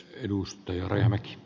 herra puhemies